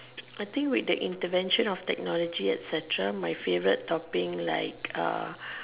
I think with the intervention of technology etcetera my favorite topping like uh